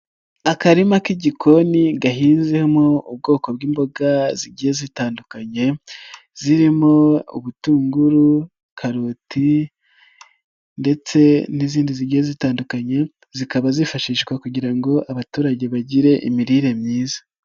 Akarima k'igikoni gahinzemo ubwoko bw'imboga zigiye zitandukanye zirimo: ubutunguru, karoti ndetse n'izindi zigiye zitandukanye, zikaba zifashishwa kugira ngo abaturage bagire imirire myiza.